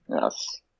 Yes